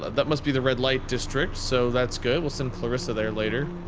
that must be the red light district, so that's good we'll send clarissa there later